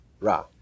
Ra